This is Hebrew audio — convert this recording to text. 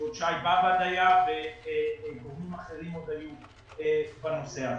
עוד שי באב"ד היה וגורמים אחרים עוד היו בנושא הזה.